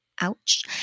Ouch